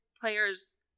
players